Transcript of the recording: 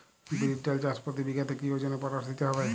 বিরির ডাল চাষ প্রতি বিঘাতে কি ওজনে পটাশ দিতে হবে?